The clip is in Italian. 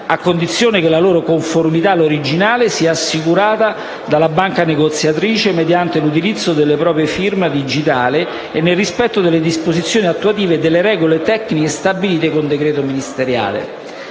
a condizione che la loro conformità all'originale sia assicurata dalla banca negoziatrice mediante l'utilizzo della propria firma digitale e nel rispetto delle disposizioni attuative e delle regole tecniche stabilite con decreto ministeriale.